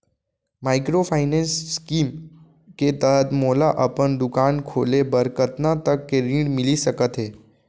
Microfinance scheme के तहत मोला अपन दुकान खोले बर कतना तक के ऋण मिलिस सकत हे?